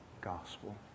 gospel